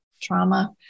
trauma